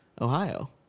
Ohio